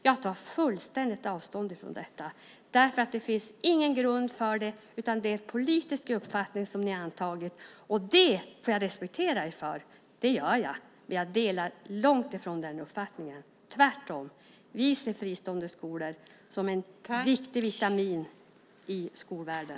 Jag tar fullständigt avstånd från detta. Det finns ingen grund för det, utan det är en politisk uppfattning som ni har. Jag får respektera er för det - det gör jag - men jag delar inte alls den uppfattningen, tvärtom. Vi ser fristående skolor som en viktig vitamin i skolvärlden.